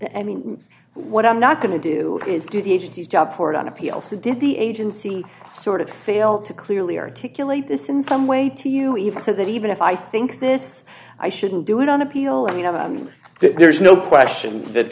i mean what i'm not going to do is do the agency's job poured on a p l c did the agency sort of failed to clearly articulate this in some way to you even so that even if i think this i shouldn't do it on appeal i mean there's no question that